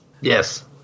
yes